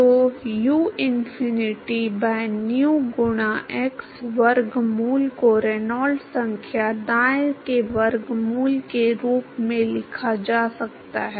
तो uinfinity by nu गुणा x वर्गमूल को रेनॉल्ड्स संख्या दाएं के वर्गमूल के रूप में लिखा जा सकता है